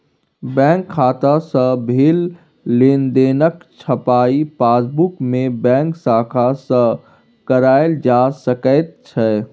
bank खाता सँ भेल लेनदेनक छपाई पासबुकमे बैंक शाखा सँ कराएल जा सकैत छै